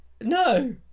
No